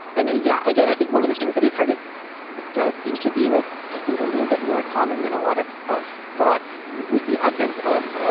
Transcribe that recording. and yeah, i guess i think one of the things that is hard is this does seem to be like i think a little bit more common than a lot of us thought. with the advent of.